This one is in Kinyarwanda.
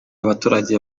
abaturage